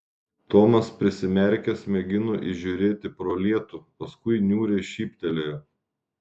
tomas prisimerkęs mėgino įžiūrėti pro lietų paskui niūriai šyptelėjo